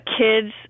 kids